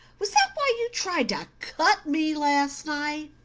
was that why you tried to cut me last night?